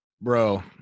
bro